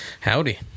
Howdy